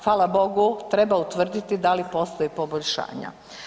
Hvala Bogu treba utvrditi da li postoji poboljšanja.